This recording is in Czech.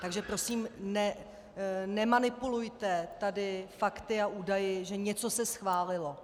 Takže prosím, nemanipulujte tady fakty a údaji, že něco se schválilo.